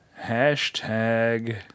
Hashtag